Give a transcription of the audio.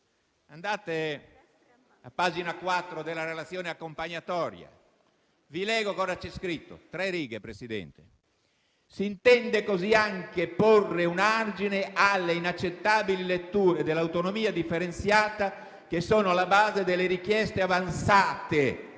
andare alla pagina 4 della relazione accompagnatoria. Vi leggo alcune righe di cosa c'è scritto: «Si intende così anche porre un argine alle inaccettabili letture dell'autonomia differenziata che sono alla base delle richieste avanzate